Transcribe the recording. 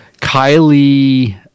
Kylie